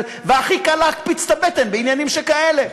והכי קל להקפיץ את הבטן בעניינים שכאלה.